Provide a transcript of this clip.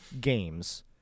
games